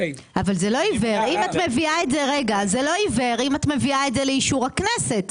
זה לא עיוור, אם את מביאה את זה לאישור הכנסת.